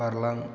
बारलां